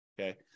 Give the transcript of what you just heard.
okay